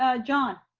ah john,